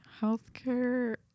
Healthcare